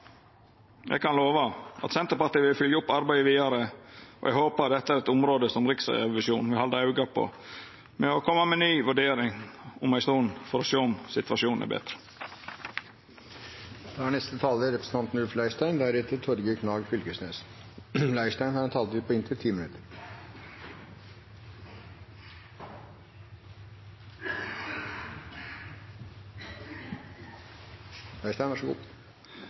Eg kan lova at Senterpartiet vil fylgja opp arbeidet vidare, og eg håpar dette er eit område som Riksrevisjonen vil halda auge med og koma med ei ny vurdering av om ei stund for å sjå om situasjonen er betra. Det er ingen tvil om at det er en alvorlig sak vi debatterer i dag. Det har